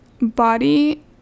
body